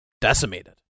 decimated